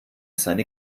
seine